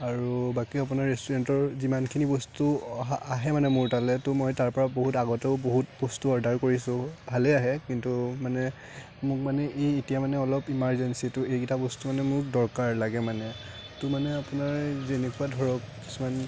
আৰু বাকী আপোনাৰ ৰেষ্টুৰেণ্টৰ যিমানখিনি বস্তু অহা আহে মানে মোৰ তালে ত' মই তাৰ পৰা বহুত আগতেও বহুত বস্তু অৰ্ডাৰ কৰিছোঁ ভালে আহে কিন্তু মানে মোক মানে এই এতিয়া মানে অলপ ইমাৰ্জেঞ্চিতো এইকিটা বস্তু মানে মোক দৰকাৰ লাগে মানে ত' মানে আপোনাৰ যেনেকুৱা ধৰক কিছুমান